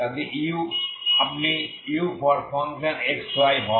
যাতে আপনি uxy হয়